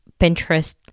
Pinterest